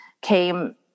came